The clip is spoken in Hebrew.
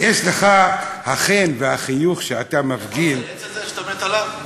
יש לך החן והחיוך שאתה מפגין, שאתה מת עליו?